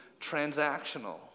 transactional